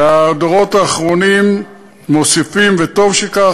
והדורות האחרונים מוסיפים, וטוב שכך.